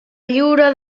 lliura